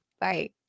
Bye